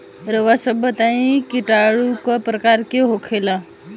रउआ सभ बताई किटाणु क प्रकार के होखेला?